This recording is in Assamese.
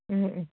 ও ও